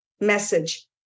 message